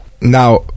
Now